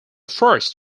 first